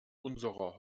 unserer